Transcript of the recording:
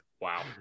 Wow